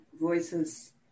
voices